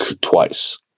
twice